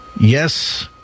yes